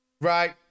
Right